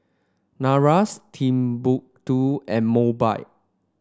NARS Timbuk two and Mobike